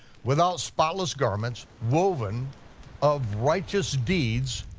without spotless garments, woven of righteous deeds,